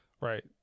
Right